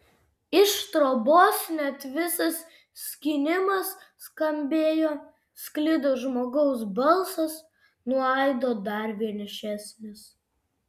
iš trobos net visas skynimas skambėjo sklido žmogaus balsas nuo aido dar vienišesnis